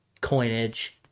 coinage